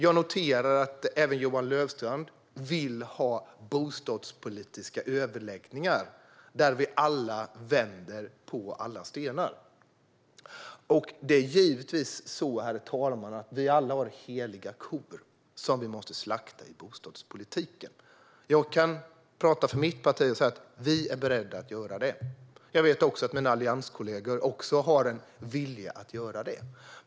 Jag noterar att även Johan Löfstrand vill ha bostadspolitiska överläggningar, där vi alla vänder på alla stenar. Det är givetvis så, herr talman, att vi alla har heliga kor som vi måste slakta i bostadspolitiken. Jag kan tala för mitt parti och säga att vi är beredda att göra det och vet att också min allianskollegor har en vilja att göra det.